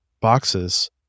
boxes